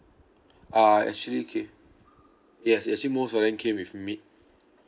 uh actually came yes yes actually most of them came with meat